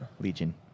Legion